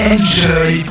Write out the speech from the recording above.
Enjoy